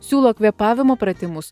siūlo kvėpavimo pratimus